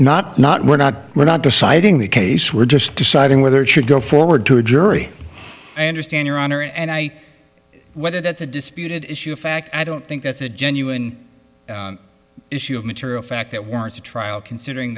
not not we're not we're not deciding the case we're just deciding whether it should go forward to a jury i understand your honor and i whether that's a disputed issue of fact i don't think that's a genuine issue of material fact that warrants a trial considering